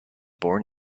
born